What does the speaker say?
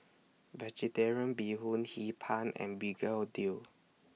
Vegetarian Bee Hoon Hee Pan and Begedil